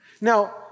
Now